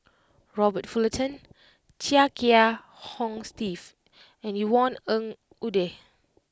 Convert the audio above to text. Robert Fullerton Chia Kiah Hong Steve and Yvonne Ng Uhde